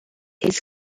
his